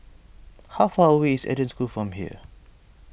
how far away is Eden School from here